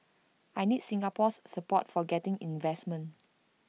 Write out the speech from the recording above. I need Singapore's support for getting investment